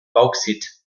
bauxit